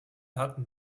hatten